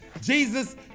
jesus